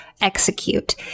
execute